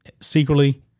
secretly